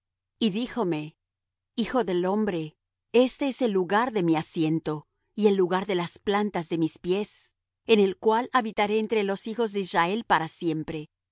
y díjome hijo del hombre este es el lugar de mi asiento y el lugar de las plantas de mis pies en el cual habitaré entre los hijos de israel para siempre